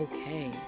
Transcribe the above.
Okay